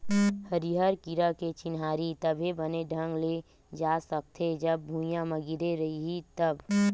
हरियर कीरा के चिन्हारी तभे बने ढंग ले जा सकथे, जब भूइयाँ म गिरे रइही तब